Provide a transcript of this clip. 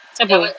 siapa